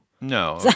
No